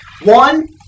One